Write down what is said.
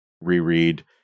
reread